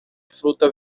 fruta